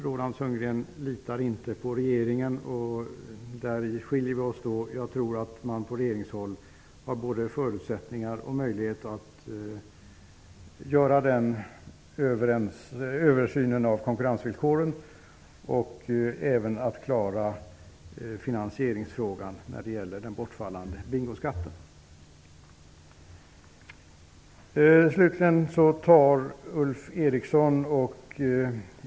Roland Sundgren litar inte på regeringen och däri skiljer vi oss åt. Jag tror att man på regeringshåll har både förutsättningar för och möjlighet att göra en översyn av konkurrensvillkoren och att klara finansieringsfrågan i samband med den bortfallande bingoskatten.